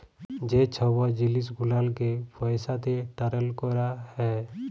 যে ছব জিলিস গুলালকে পইসাতে টারেল ক্যরা হ্যয়